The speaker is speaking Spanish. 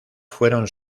fueron